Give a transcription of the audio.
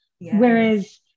Whereas